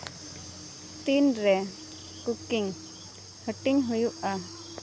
ᱛᱤᱱᱨᱮ ᱠᱩᱠᱤᱝ ᱦᱟᱹᱴᱤᱧ ᱦᱩᱭᱩᱜᱼᱟ